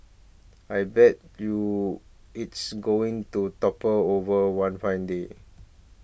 I bet you it's going to topple over one fine day